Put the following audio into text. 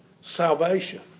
Salvation